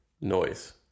noise